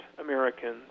Americans